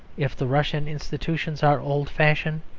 if the russian institutions are old-fashioned,